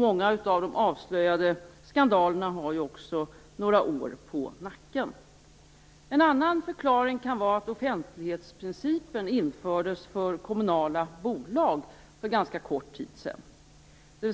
Många av de avslöjade skandalerna har också några år på nacken. En annan förklaring kan vara att offentlighetsprincipen infördes för kommunala bolag för ganska kort tid